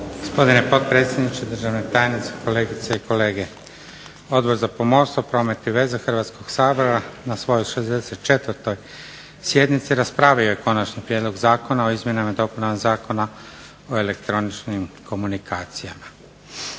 Gospodine potpredsjedniče, državni tajniče, kolegice i kolege. Odbor za pomorstvo, promet i veze Hrvatskog sabora na svojoj 64. sjednici raspravio je Konačni prijedlog zakona o izmjenama i dopunama Zakona o elektroničnim komunikacijama.